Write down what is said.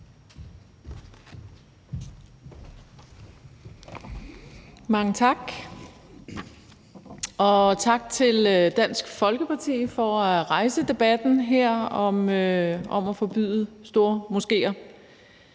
Mange tak. Og tak til Dansk Folkeparti for at rejse debatten her om at forbyde stormoskéer.